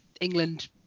England